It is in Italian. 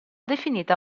definita